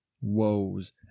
woes